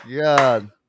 god